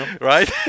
right